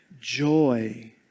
joy